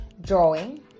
drawing